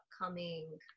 upcoming